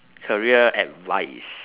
career advice